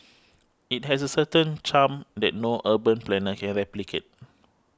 it has a certain charm that no urban planner can replicate